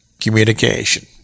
communication